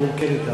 והוא כן אתנו.